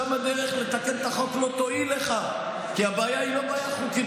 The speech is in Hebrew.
שם הדרך לתקן את החוק לא תועיל לך כי הבעיה היא לא בעיה חוקית.